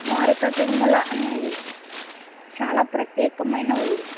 ద్వారకా తిరుమల అనేది చాలా ప్రత్యేకమైన ఊరు